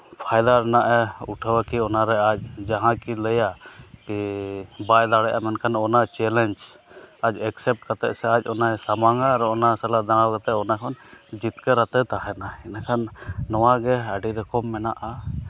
ᱯᱷᱟᱭᱫᱟ ᱨᱮᱱᱟᱜᱼᱮ ᱩᱴᱷᱟᱹᱣᱟ ᱠᱤ ᱚᱱᱟ ᱨᱮ ᱟᱡ ᱡᱟᱦᱟᱸᱠᱤ ᱞᱟᱹᱭᱟᱭ ᱠᱤ ᱵᱟᱭ ᱫᱟᱲᱮᱭᱟᱜᱼᱟ ᱢᱮᱱᱠᱷᱟᱱ ᱚᱱᱟ ᱪᱮᱞᱮᱧᱡᱽ ᱟᱡ ᱮᱠᱥᱮ ᱯᱴ ᱠᱟᱛᱮᱫ ᱥᱮ ᱟᱡ ᱚᱱᱟᱭ ᱥᱟᱢᱟᱝᱟ ᱟᱨ ᱚᱱᱟ ᱥᱟᱞᱟᱜ ᱫᱟᱬᱟ ᱠᱟᱛᱮᱫ ᱚᱱᱟ ᱦᱚᱸ ᱡᱤᱛᱠᱟᱹᱨᱟᱛᱮᱫ ᱛᱟᱦᱮᱱᱟᱭ ᱢᱮᱱᱠᱷᱟᱱ ᱱᱚᱣᱟ ᱜᱮ ᱟᱹᱰᱤ ᱨᱚᱠᱚᱢ ᱢᱮᱱᱟᱜᱼᱟ